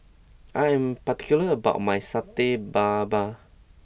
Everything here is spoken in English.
I am particular about my Satay Babat